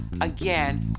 again